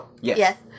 Yes